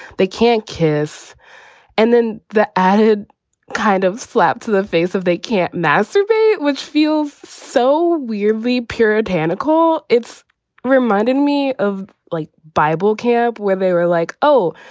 they can't kiss and then the added kind of slap to the face of they can't masturbate, which feels so weirdly puritanical. it's reminded me of like bible cab where they were like, oh,